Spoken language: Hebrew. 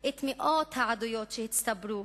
את מאות העדויות שהצטברו.